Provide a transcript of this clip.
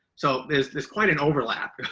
so, there's, there's quite an overlap. yeah